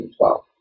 2012